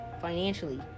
financially